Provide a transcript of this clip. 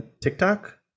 TikTok